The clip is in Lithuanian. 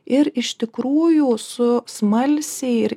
ir iš tikrųjų su smalsiai ir